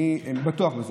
אני בטוח בזה,